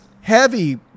heavy